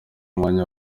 mwanya